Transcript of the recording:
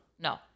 no